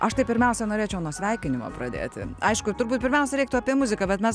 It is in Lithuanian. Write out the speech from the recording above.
aš tai pirmiausia norėčiau nuo sveikinimo pradėti aišku ir turbūt pirmiausia reiktų apie muziką bet mes